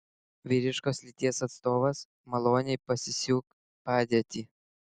vyriškos lyties atstovas maloniai pasisiūk padėti